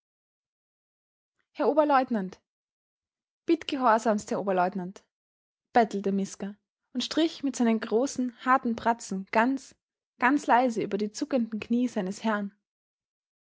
herr oberleutnant bitt gehorsamst herr oberleutnant bettelte miska und strich mit seinen großen harten pratzen ganz ganz leise über die zuckenden kniee seines herrn